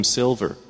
silver